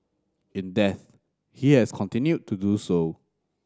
in death he has continued to do so